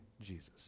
Jesus